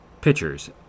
pitchers